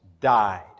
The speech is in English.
died